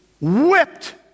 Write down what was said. whipped